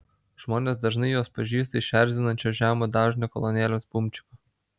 žmonės dažnai juos pažįsta iš erzinančio žemo dažnio kolonėlės bumčiko